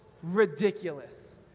ridiculous